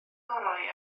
gorau